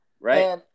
Right